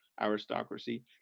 aristocracy